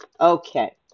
Okay